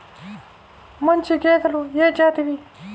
మంచి గేదెలు ఏ జాతివి?